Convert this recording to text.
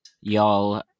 y'all